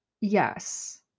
yes